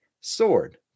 Sword